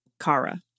Kara